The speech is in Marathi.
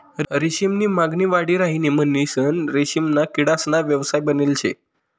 रेशीम नी मागणी वाढी राहिनी म्हणीसन रेशीमना किडासना व्यवसाय बनेल शे